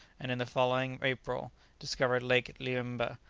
and in the following april discovered lake liemmba.